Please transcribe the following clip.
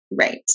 Right